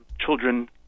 children